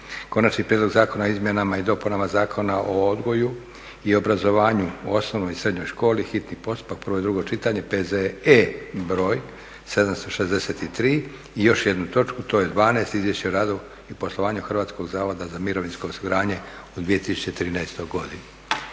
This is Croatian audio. konačni prijedlog Zakona o izmjenama i dopunama Zakona o odgoju i obrazovanju u osnovnoj i srednjoj školi, hitni postupak, prvo i drugo čitanje, P. Z. E. BR.763. I još jednu točku to je 12 Izvješće o radu i poslovanju Hrvatskog zavoda za mirovinsko osiguranje u 2013. godini.